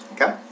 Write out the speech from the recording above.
Okay